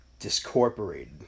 Discorporated